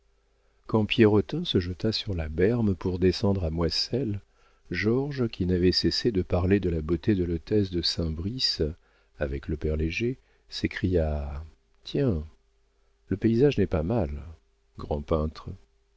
quand pierrotin se jeta sur la berme pour descendre à moisselles georges qui n'avait cessé de parler de la beauté de l'hôtesse de saint brice avec le père léger s'écria tiens le paysage n'est pas mal grand peintre